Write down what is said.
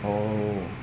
oh